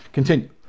Continue